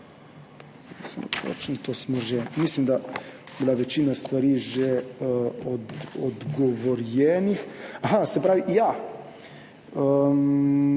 Mislim, da je bila večina stvari že odgovorjenih. Aha, še podatek.